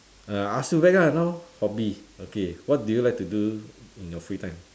uh I ask you back ah now hobby okay what do you like to do in your free time